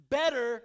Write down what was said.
better